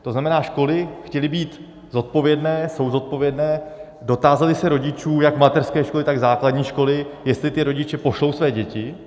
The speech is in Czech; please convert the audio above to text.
To znamená, školy chtěly být zodpovědné, jsou zodpovědné, dotázaly se rodičů jak v mateřských školách, tak v základních školách, jestli ti rodiče pošlou své děti.